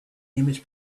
image